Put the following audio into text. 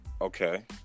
Okay